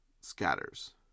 scatters